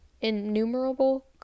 innumerable